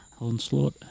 onslaught